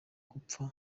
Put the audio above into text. gupfa